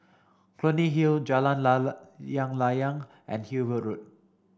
Clunny Hill Jalan Layang and Hillview Road